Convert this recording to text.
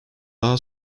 daha